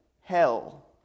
Hell